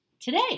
Today